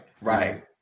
Right